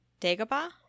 Dagobah